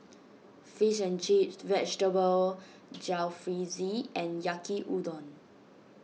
Fish and Chips Vegetable Jalfrezi and Yaki Udon